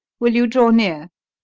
will you draw near?